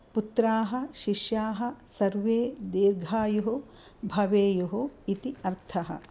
पुत्राः शिष्याः सर्वे दीर्घायुः भवेयुः इति अर्थः